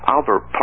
Albert